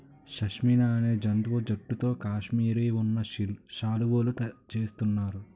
షష్మినా అనే జంతువుల జుట్టుతో కాశ్మిరీ ఉన్ని శాలువులు చేస్తున్నారు